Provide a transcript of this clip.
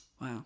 Wow